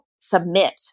submit